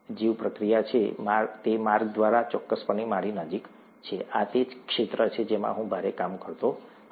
જીવપ્રક્રિયા માર્ગ દ્વારા તે ચોક્કસપણે મારી નજીક છે આ તે ક્ષેત્ર છે જેમાં હું ભારે કામ કરતો હતો